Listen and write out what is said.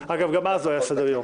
אגב, גם אז לא היה סדר-יום.